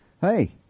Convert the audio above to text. Hey